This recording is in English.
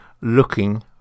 looking